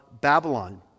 Babylon